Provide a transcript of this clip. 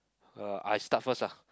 uh I start first ah